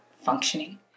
functioning